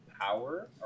Power